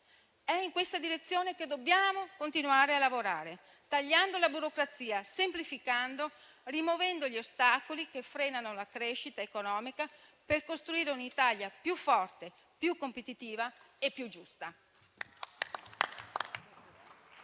È in questa direzione che dobbiamo continuare a lavorare, tagliando la burocrazia, semplificando e rimuovendo gli ostacoli che frenano la crescita economica, per costruire un'Italia più forte, più competitiva e più giusta.